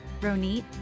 Ronit